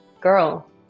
girl